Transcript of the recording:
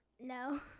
no